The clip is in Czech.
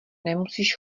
nemusíš